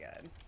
good